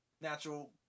natural